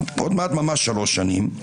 עוד מעט ממש שלוש שנים,